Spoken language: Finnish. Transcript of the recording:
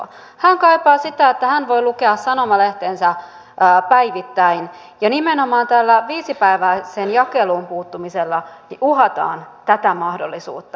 hän kaipaa sitä että hän voi lukea sanomalehtensä päivittäin ja nimenomaan tällä viisipäiväiseen jakeluun puuttumisella uhataan tätä mahdollisuutta